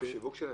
השיווק שלהם?